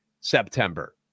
September